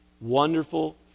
Wonderful